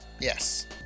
yes